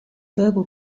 verbal